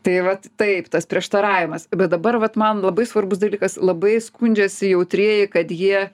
tai vat taip tas prieštaravimas bet dabar vat man labai svarbus dalykas labai skundžiasi jautrieji kad jie